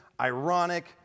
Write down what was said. ironic